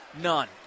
None